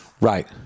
right